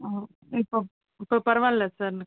இப்போ இப்போ பரவாயில்ல சார்